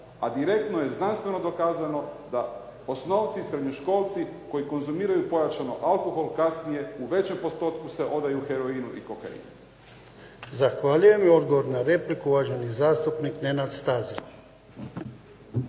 A direktno je znanstveno dokazano da osnovci, srednjoškolci koji konzumiraju pojačano alkohol kasnije u većem postotku se odaju heroinu i kokainu. **Jarnjak, Ivan (HDZ)** Zahvaljujem. I odgovor na repliku, uvaženi zastupnik Nenad Stazić.